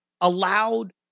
allowed